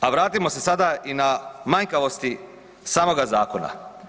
Ali vratimo se sada i na manjkavosti samoga zakona.